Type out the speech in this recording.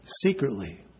secretly